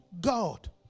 God